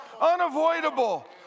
unavoidable